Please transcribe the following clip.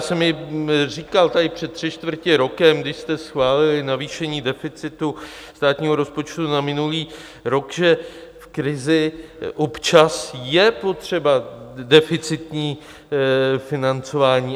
A já jsem tady říkal před tři čtvrtě rokem, když jste schválili navýšení deficitu státního rozpočtu na minulý rok, že v krizi občas je potřeba deficitní financování.